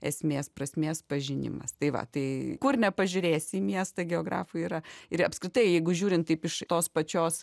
esmės prasmės pažinimas tai va tai kur nepažiūrėsi į miestą geografui yra ir apskritai jeigu žiūrint taip iš tos pačios